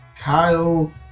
Kyle